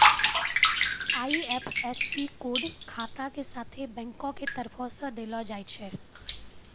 IFSC code खाता के साथे बैंको के तरफो से देलो जाय छै